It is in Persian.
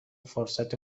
فرصت